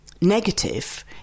negative